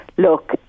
Look